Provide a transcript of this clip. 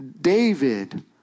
David